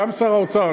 זה גם שר האוצר.